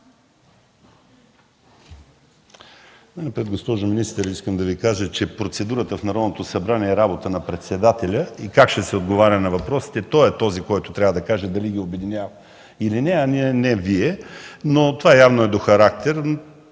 Госпожо министър, искам да Ви кажа, че процедурата в Народното събрание е работа на председателя и как ще се отговаря на въпросите – той е този, който трябва да каже дали да ги обединява, или не, а не Вие. Но това явно е до характер.